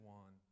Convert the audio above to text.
one